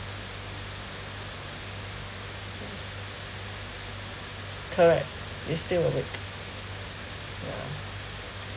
yes correct it's still awake yeah